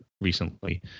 recently